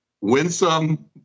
winsome